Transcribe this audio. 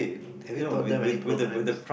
have you taught them any programs